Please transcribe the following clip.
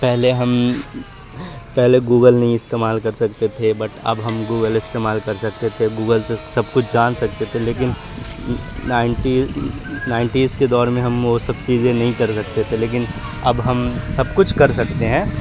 پہلے ہم پہلے گوگل نہیں استعمال کر سکتے تھے بٹ اب ہم گوگل استعمال کر سکتے تھے گوگل سے سب کچھ جان سکتے تھے لیکن نائنٹی نائنٹیز کے دور میں ہم وہ سب چیزیں نہیں کر سکتے تھے لیکن اب ہم سب کچھ کر سکتے ہیں